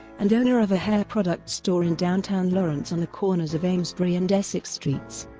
and owner of a hair product store in downtown lawrence on the corners of amesbury and essex streets.